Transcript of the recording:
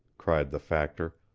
cried the factor.